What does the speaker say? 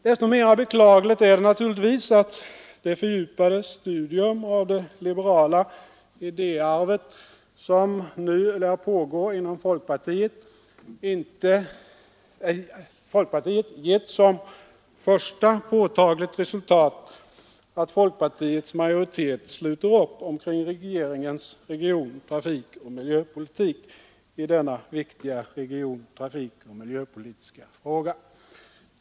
Desto mer beklagligt är det naturligtvis att det fördjupade studium av det liberala idéarvet som nu lär pågå inom folkpartiet gett som ett första påtagligt resultat att folkpartiets majoritet sluter upp kring regeringens region-, trafikoch miljöpolitik i denna viktiga region-, trafikoch miljöpolitiska fråga.